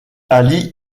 ali